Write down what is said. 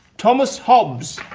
thomas hobbes,